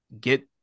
get